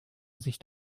sicht